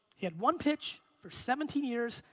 he had one pitch for seventeen years,